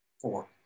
four